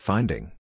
Finding